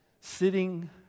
sitting